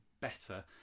better